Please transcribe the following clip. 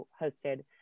hosted